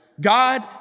God